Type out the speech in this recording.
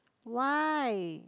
why